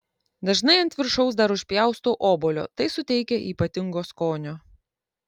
dažnai ant viršaus dar užpjaustau obuolio tai suteikia ypatingo skonio